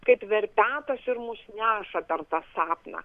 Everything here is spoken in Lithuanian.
kaip verpetas ir mus neša per tą sapną